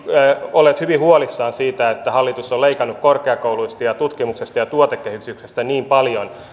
olleet hyvin huolissaan siitä että hallitus on leikannut korkeakouluista ja tutkimuksesta ja tuotekehityksestä niin paljon